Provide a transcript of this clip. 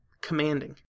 commanding